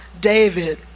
David